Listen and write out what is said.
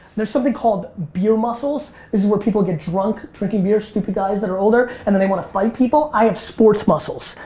there's something called beer muscles. this is where people get drunk drinking beer, stupid guys that are older and then they want to fight people. i have sports muscles.